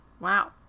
Wow